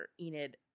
Enid